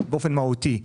באופן מהותי.